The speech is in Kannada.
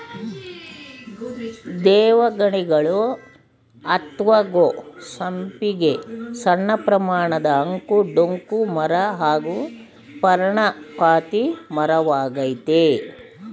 ದೇವಗಣಿಗಲು ಅತ್ವ ಗೋ ಸಂಪಿಗೆ ಸಣ್ಣಪ್ರಮಾಣದ ಅಂಕು ಡೊಂಕು ಮರ ಹಾಗೂ ಪರ್ಣಪಾತಿ ಮರವಾಗಯ್ತೆ